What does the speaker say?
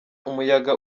umuyaga